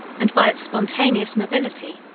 and by its spontaneous mobility,